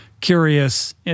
curious